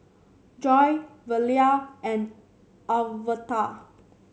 Joi Velia and Alverta